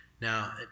now